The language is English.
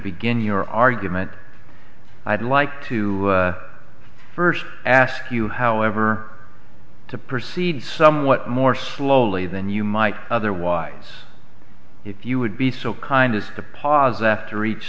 begin your argument i'd like to first ask you however to proceed somewhat more slowly than you might otherwise if you would be so kind as to pause after each